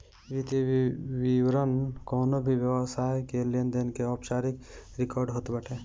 वित्तीय विवरण कवनो भी व्यवसाय के लेनदेन के औपचारिक रिकार्ड होत बाटे